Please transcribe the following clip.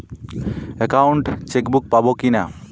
Account chequebook পাবো কি না?